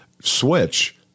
switch